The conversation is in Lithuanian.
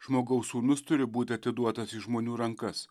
žmogaus sūnus turi būti atiduotas į žmonių rankas